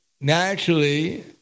naturally